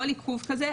כל עיכוב הזה,